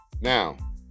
now